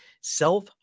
self